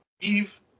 Eve